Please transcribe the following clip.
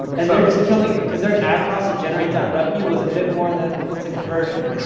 and they're just killing it, cause their ad cost to generate that revenue was a bit more than, what's the conversion,